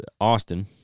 Austin